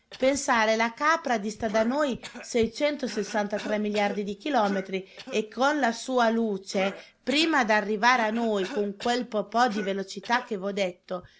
che la capra dista da noi seicentosessantatré miliardi di chilometri e che la sua luce prima d'arrivare a noi con quel po po di velocità che v'ho detto